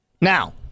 Now